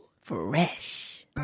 Fresh